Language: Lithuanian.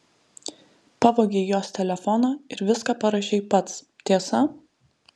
pavogei jos telefoną ir viską parašei pats tiesa